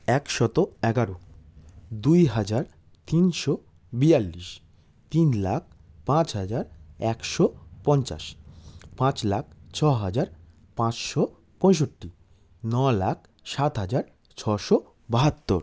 একশত এগারো দুই হাজার তিনশো বিয়াল্লিশ তিন লাখ পাঁচ হাজার একশো পঞ্চাশ পাঁচ লাখ ছ হাজার পাঁচশো পঁয়ষট্টি ন লাখ সাত হাজার ছশো বাহাত্তর